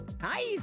Nice